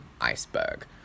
iceberg